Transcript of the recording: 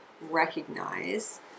recognize